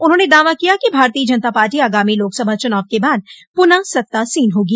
उन्होंने दावा किया कि भाजपा आगामी लोकसभा चुनाव के बाद पुनः सत्तासीन होगी